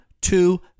two